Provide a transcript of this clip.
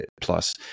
plus